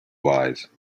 wise